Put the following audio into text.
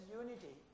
unity